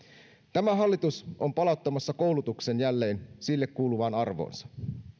tämä hallitus on palauttamassa koulutuksen jälleen sille kuuluvaan arvoonsa